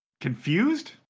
confused